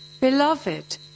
Beloved